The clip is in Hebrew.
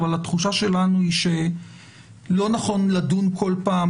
התחושה שלנו היא שלא נכון לדון בכל פעם